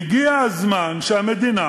והגיע הזמן שהמדינה